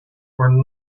were